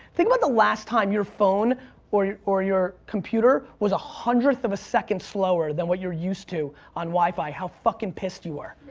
think about the last time your phone or your or your computer was a hundredth of a second slower than what you're used to on wifi, how fucking pissed you were.